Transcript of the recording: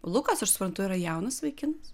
lukas aš suprantu yra jaunas vaikinas